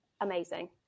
amazing